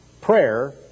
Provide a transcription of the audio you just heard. prayer